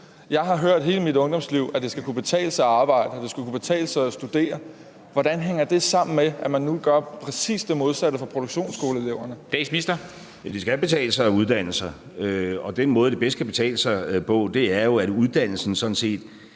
Jeg har hørt hele mit ungdomsliv, at det skal kunne betale sig at arbejde, og at det skulle kunne betale sig at studere. Hvordan hænger det sammen med, at man nu gør præcis det modsatte for produktionsskoleeleverne? Kl. 22:54 Første næstformand (Henrik Dam Kristensen): Statsministeren. Kl.